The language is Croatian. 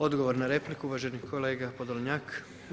Odgovor na repliku uvaženi kolega Podlolnjak.